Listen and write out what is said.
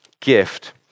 gift